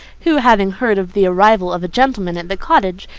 who, having heard of the arrival of a gentleman at the cottage,